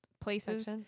places